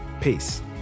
Peace